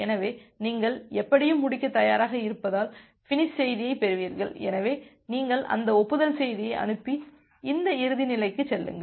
எனவே நீங்கள் எப்படியும் முடிக்கத் தயாராக இருப்பதால் பினிஸ் செய்தியைப் பெறுவீர்கள் எனவே நீங்கள் அந்த ஒப்புதல் செய்தியை அனுப்பி இந்த இறுதி நிலைக்குச் செல்லுங்கள்